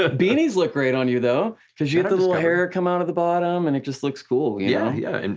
ah beanies look great on you though. cause you have the little hair come out of the bottom and it just looks cool. yeah, yeah and